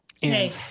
Hey